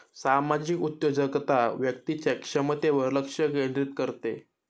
सामाजिक उद्योजकता व्यक्तीच्या क्षमतेवर लक्ष केंद्रित करते